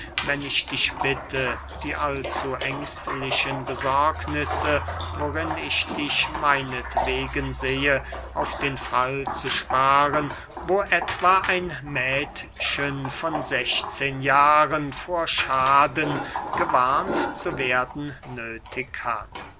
wenn ich dich bitte die allzu ängstlichen besorgnisse worin ich dich meinetwegen sehe auf den fall zu sparen wo etwa ein mädchen von sechzehn jahren vor schaden gewarnt zu werden nöthig hat